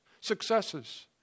successes